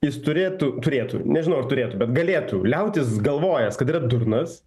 jis turėtų turėtų nežinau ar turėtų bet galėtų liautis galvojęs kad yra durnas